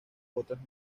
otras